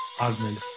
Osmond